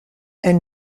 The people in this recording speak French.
elles